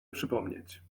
przypomnieć